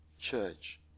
church